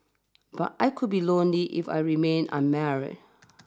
but I could be lonely if I remained unmarried